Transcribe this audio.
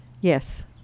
yes